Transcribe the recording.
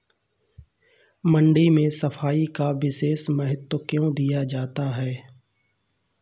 मंडी में साफ सफाई का विशेष महत्व क्यो दिया जाता है?